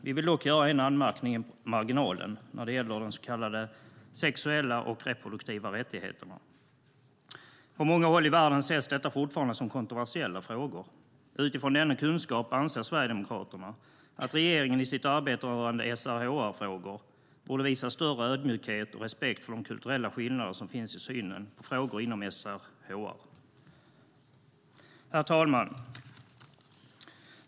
Vi vill dock göra en anmärkning i marginalen när det gäller de så kallade sexuella och reproduktiva rättigheterna. På många håll i världen ses dessa fortfarande som kontroversiella frågor. Utifrån denna kunskap anser Sverigedemokraterna att regeringen i sitt arbete rörande SRHR-frågor borde visa större ödmjukhet och respekt för de kulturella skillnader som finns i synen på frågor inom SRHR. Herr talman!